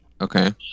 Okay